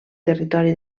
territori